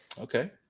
Okay